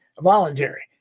voluntary